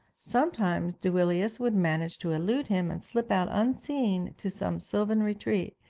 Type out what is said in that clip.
sometimes duilius would manage to elude him and slip out unseen to some sylvan retreat,